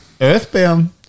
Earthbound